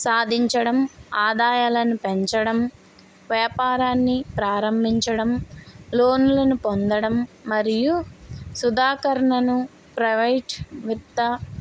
సాధించడం ఆదాయాలను పెంచడం వ్యాపారాన్ని ప్రారంభించడం లోన్లను పొందడం మరియు సుధాకరనను ప్రైవేట్ విత్త